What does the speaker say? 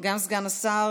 גם סגן השר